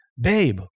babe